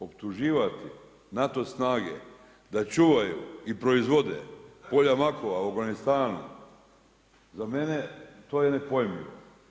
Optuživati NATO snage da čuvaju i proizvode polja makova u Afganistanu, za mene to je nepojmljivo.